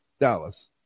dallas